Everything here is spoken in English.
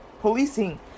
policing